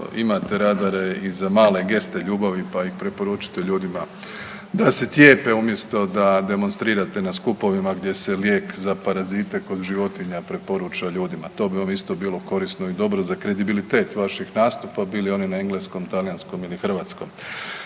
imate radare i za male geste ljubavi, pa ih preporučite ljudima da se cijepe umjesto da demonstrirate na skupovima gdje se lijek za parazite kod životinja preporuča ljudima. To bi vam isto bilo korisno i dobro za kredibilitet vašeg nastupa bili oni na engleskom, talijanskom ili hrvatskom.